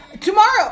Tomorrow